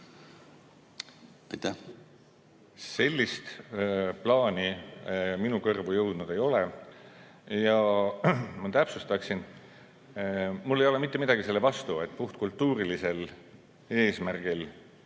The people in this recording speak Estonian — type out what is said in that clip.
Sellist plaani minu kõrvu jõudnud ei ole. Ja ma täpsustan: mul ei ole mitte midagi selle vastu, et puht kultuurilisel eesmärgil